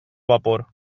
vapor